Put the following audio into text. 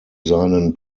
seinen